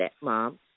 Mom